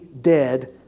dead